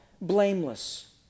blameless